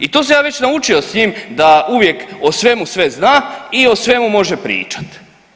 I to sam ja već naučio s njim da uvijek o svemu sve zna i o svemu može pričat.